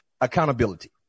accountability